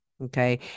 Okay